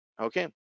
okay